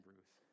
Ruth